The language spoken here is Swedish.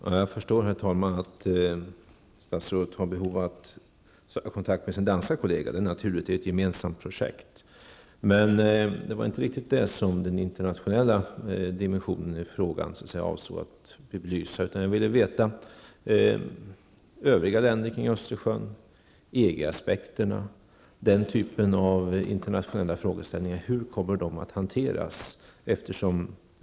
Herr talman! Jag förstår att statsrådet har behov av att kontakta sin danske kollega, eftersom det är ett gemensamt projekt. Men det var inte riktigt detta som jag avsåg med den internationella dimensionen, utan jag ville veta något om inställningar i övriga länder vid Östersjön och EG aspekterna. Hur kommer den typen av internationella frågeställningar att hanteras?